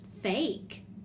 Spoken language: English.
fake